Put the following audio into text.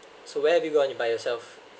so where have you gone by yourself